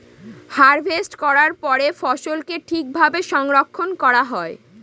harvest করার পরে ফসলকে ঠিক ভাবে সংরক্ষন করা হয়